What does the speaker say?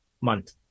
month